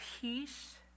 peace